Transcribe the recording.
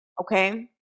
okay